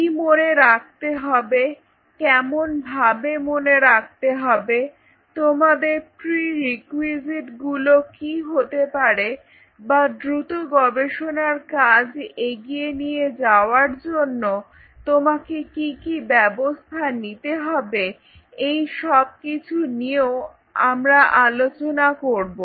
কি মনে রাখতে হবে কেমন ভাবে মনে রাখতে হবে তোমার প্রি রিকুইজিট গুলো কি হতে পারে বা দ্রুত গবেষণার কাজ এগিয়ে নিয়ে যাওয়ার জন্য তোমাকে কী কী ব্যবস্থা নিতে হবে এই সবকিছু নিয়েও আমরা আলোচনা করব